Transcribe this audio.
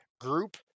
group